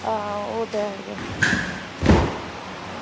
हां ओह् ते ऐ गै